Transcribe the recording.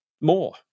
More